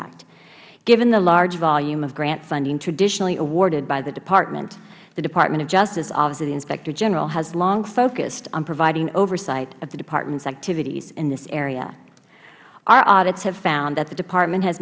act given the large volume of grant funding traditionally awarded by the department the department of justice office of the inspector general has long focused on providing oversight of the departments activities in this area our audits have found that the department has